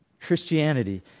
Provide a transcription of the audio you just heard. Christianity